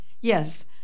Yes